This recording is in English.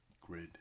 grid